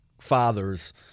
fathers